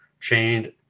Chained